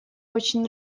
очень